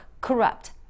Corrupt